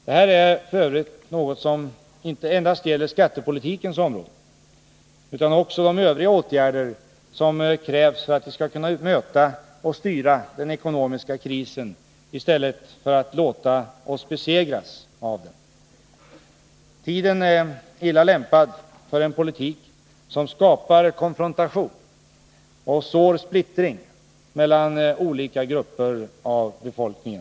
Detta är f. ö. något som inte endast gäller skattepolitikens område, utan också de övriga åtgärder som krävs för att vi skall kunna möta och styra den ekonomiska krisen i stället för att låta oss besegras av den. Tiden är illa lämpad för en politik som skapar konfrontation och sår splittring mellan olika grupper av befolkningen.